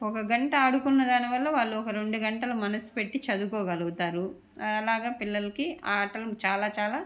ఒక గంట ఆడుకున్న దానివల్ల వాళ్ళు ఒక రెండు గంటలు మనసు పెట్టి చదవుకోగలగుతారు అలాగ పిల్లలకి ఆటలను చాలా చాలా